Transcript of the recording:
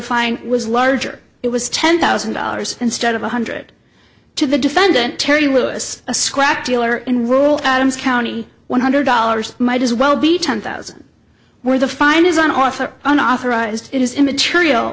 fine was larger it was ten thousand dollars instead of one hundred to the defendant terry lewis a scrap dealer and rule adams county one hundred dollars might as well be ten thousand where the fine is on offer an authorized it is immaterial